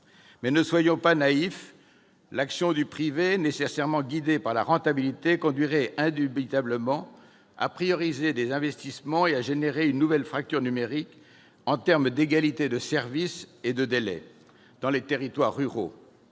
! Ne soyons pas naïfs : l'action du privé, nécessairement guidé par la rentabilité, conduirait indubitablement à prioriser les investissements et à générer une nouvelle fracture numérique, en termes d'égalité de services et de délais, dans les territoires ruraux.